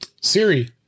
siri